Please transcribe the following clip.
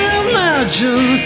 imagine